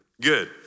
good